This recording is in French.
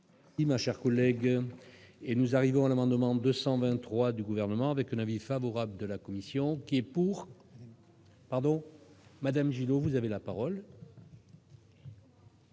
Oui, ma chère collègue et nous arrivons à l'amendement 223 du gouvernement avec un avis favorable de la commission qui est pour, pardon, Madame Gillot, vous avez la parole.